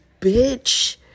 Bitch